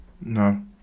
No